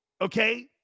okay